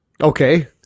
Okay